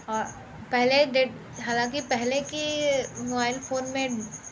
और पहले दे हालांकि पहले की मोबाइल फोन में